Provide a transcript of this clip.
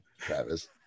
travis